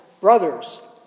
brothers